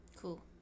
Cool